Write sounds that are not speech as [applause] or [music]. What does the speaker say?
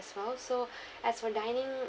as well so [breath] as for dining